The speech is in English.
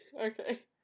okay